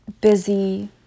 busy